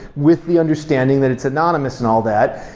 with the understanding that it's anonymous and all that,